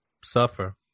suffer